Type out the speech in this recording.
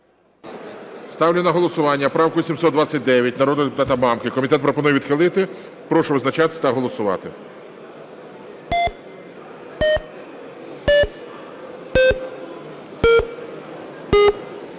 Ставлю на голосування правку 729 народного депутата Мамки. Комітет пропонує відхилити. Прошу визначатись та голосувати.